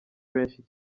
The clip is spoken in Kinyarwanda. benshi